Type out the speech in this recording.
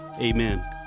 Amen